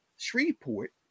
Shreveport